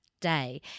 day